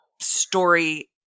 story